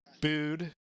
booed